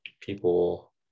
people